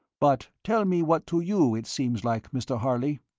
but tell me what to you it seems like, mr. harley?